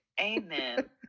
amen